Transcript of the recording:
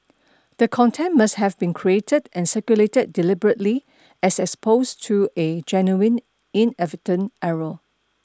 the content must have been created and circulated deliberately as opposed to a genuine inadvertent error